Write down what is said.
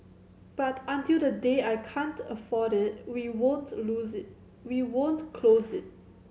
but until the day I can't afford it we won't lose we won't close it